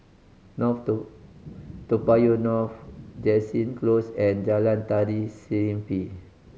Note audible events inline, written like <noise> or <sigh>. <unintelligible> Toa Payoh North Jansen Close and Jalan Tari Serimpi